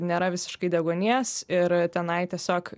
nėra visiškai deguonies ir tenai tiesiog